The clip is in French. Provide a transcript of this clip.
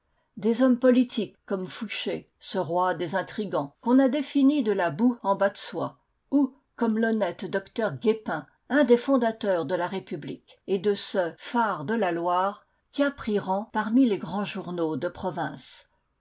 des hommes politiques comme fouché ce roi des intrigants qu'on a défini de la boue en bas de soie ou comme l'honnête docteur guépin un des fondateurs de la république et de ce phare de la loire qui a pris rang parmi les grands journaux de province